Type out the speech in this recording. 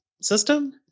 system